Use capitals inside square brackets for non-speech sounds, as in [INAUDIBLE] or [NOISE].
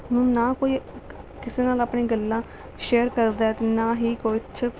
ਹੁਣ ਨਾ ਕੋਈ [UNINTELLIGIBLE] ਕਿਸੇ ਨਾਲ ਆਪਣੀ ਗੱਲਾਂ ਸ਼ੇਅਰ ਕਰਦਾ ਹੈ ਅਤੇ ਨਾ ਹੀ ਕੁਛ